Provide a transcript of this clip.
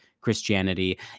Christianity